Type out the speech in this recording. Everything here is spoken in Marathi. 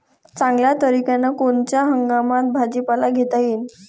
चांगल्या तरीक्यानं कोनच्या हंगामात भाजीपाला घेता येईन?